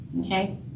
Okay